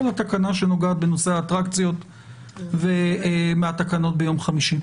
התקנה שנוגע לנושא האטרקציות מהתקנות ביום חמישי.